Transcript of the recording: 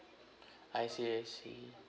I see I see